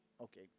okay